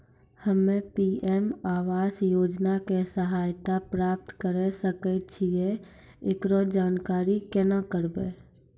हम्मे पी.एम आवास योजना के सहायता प्राप्त करें सकय छियै, एकरो जानकारी केना करबै?